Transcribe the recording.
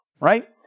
right